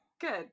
Good